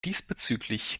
diesbezüglich